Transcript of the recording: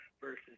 versus